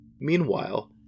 Meanwhile